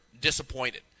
disappointed